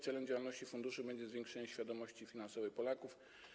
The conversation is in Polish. Celem działalności funduszu będzie zwiększenie świadomości finansowej Polaków.